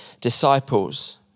disciples